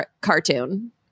cartoon